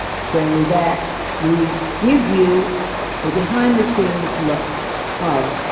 so that we give you a behind the scenes look of